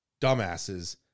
dumbasses